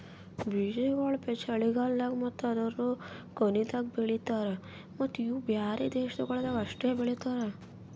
ಬೀಜಾಗೋಳ್ ಚಳಿಗಾಲ್ದಾಗ್ ಮತ್ತ ಅದೂರು ಕೊನಿದಾಗ್ ಬೆಳಿತಾರ್ ಮತ್ತ ಇವು ಬ್ಯಾರೆ ದೇಶಗೊಳ್ದಾಗ್ ಅಷ್ಟೆ ಬೆಳಿತಾರ್